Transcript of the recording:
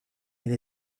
elle